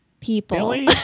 people